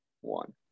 One